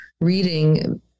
reading